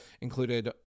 included